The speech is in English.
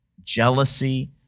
jealousy